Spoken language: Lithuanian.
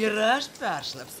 ir aš peršlapsiu